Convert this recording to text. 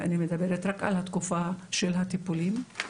ואני מדברת רק על התקופה של הטיפולים.